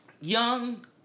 young